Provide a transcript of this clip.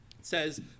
says